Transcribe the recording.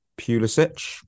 Pulisic